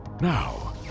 Now